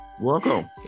Welcome